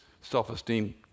self-esteem